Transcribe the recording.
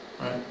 right